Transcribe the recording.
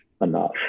enough